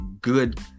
good